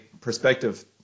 perspective